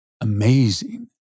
amazing